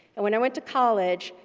and when i went to college,